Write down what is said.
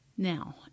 Now